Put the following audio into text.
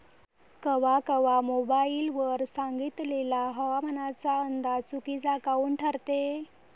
कवा कवा मोबाईल वर सांगितलेला हवामानाचा अंदाज चुकीचा काऊन ठरते?